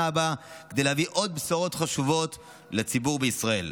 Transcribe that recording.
הבאה כדי להביא עוד בשורות חשובות לציבור בישראל.